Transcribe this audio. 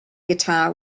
guitar